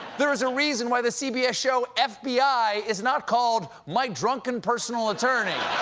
there is a reason why the cbs show fbi is not called my drunken personal attorney.